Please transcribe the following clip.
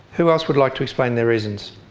who else would like to explain their reasons?